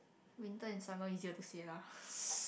winter and summer easier to say lah